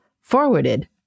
forwarded